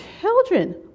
children